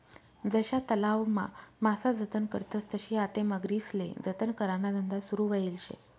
जशा तलावमा मासा जतन करतस तशी आते मगरीस्ले जतन कराना धंदा सुरू व्हयेल शे